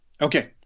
Okay